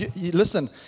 Listen